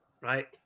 right